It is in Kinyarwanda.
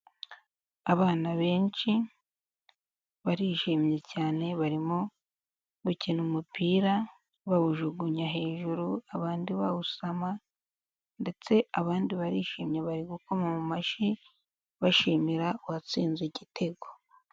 Abana benshi barishimye cyane barimo gukina umupira bawujugunya hejuru abandi bawusama, ndetse abandi barishimye bari gukoma mu mashyi bashimira uwatsinze igitego.